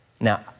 Now